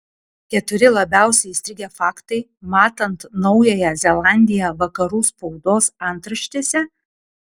keturi labiausiai įstrigę faktai matant naująją zelandiją vakarų spaudos antraštėse